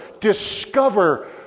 discover